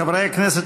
חברי הכנסת,